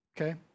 okay